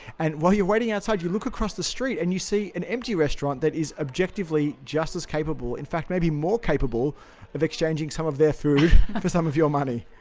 and while you're waiting outside, you look across the street, and you see an empty restaurant that is objectively just as capable in fact, maybe more capable of exchanging some of their food for some of your money.